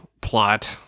plot